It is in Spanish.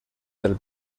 del